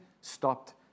stopped